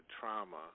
trauma